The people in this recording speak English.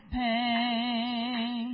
pain